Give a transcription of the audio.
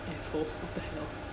assholes what the hell